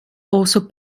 also